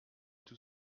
tout